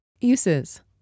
Uses